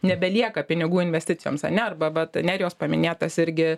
nebelieka pinigų investicijoms ane arba vat nerijaus paminėtas irgi